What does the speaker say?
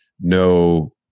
no